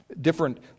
different